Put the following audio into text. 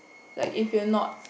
like if you are not